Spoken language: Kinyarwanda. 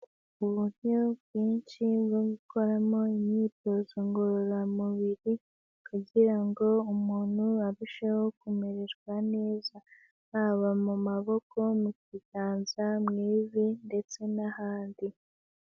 Uburyo bwinshi bwo gukoramo imyitozo ngororamubiri kugira ngo umuntu arusheho kumererwa neza, haba mu maboko, mu kiganza, mu ivi ndetse n'ahandi.